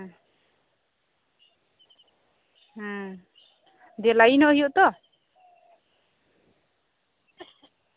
ᱦᱩᱸ ᱫᱤᱭᱮ ᱞᱟᱭᱤᱱᱚᱜ ᱦᱩᱭᱩᱜᱼᱟ ᱛᱚ